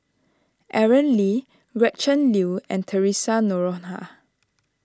Aaron Lee Gretchen Liu and theresa Noronha